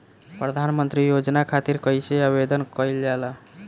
प्रधानमंत्री योजना खातिर कइसे आवेदन कइल जाला?